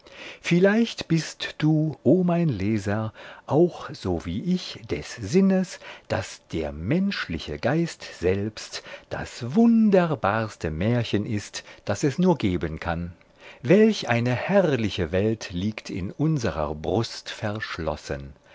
vielleicht bist du o mein leser auch so wie ich des sinnes daß der menschliche geist selbst das wunderbarste märchen ist das es nur geben kann welch eine herrliche welt liegt in unserer brust verschlossen